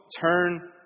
turn